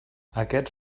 aquests